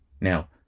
Now